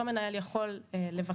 אותו מנהל יכול לבקש.